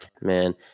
man